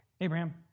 Abraham